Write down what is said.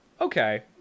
Okay